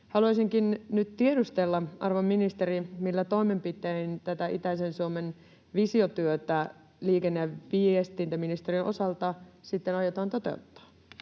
Haluaisinkin nyt tiedustella, arvon ministeri: millä toimenpitein tätä itäisen Suomen visiotyötä liikenne- ja viestintäministeriön osalta sitten aiotaan toteuttaa?